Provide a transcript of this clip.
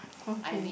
okay